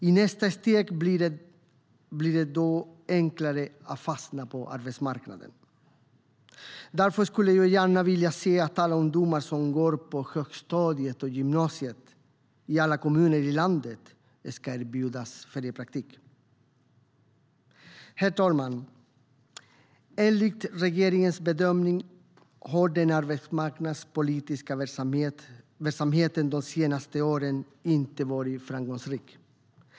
I nästa steg blir det då enklare att fastna på arbetsmarknaden. Därför skulle jag gärna vilja se att alla ungdomar som går på högstadiet och gymnasiet i alla kommuner i landet ska erbjudas feriepraktik. Enligt regeringens bedömning har den arbetsmarknadspolitiska verksamheten under de senaste åren inte varit framgångsrik.